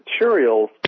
materials